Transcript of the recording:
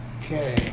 Okay